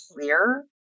clear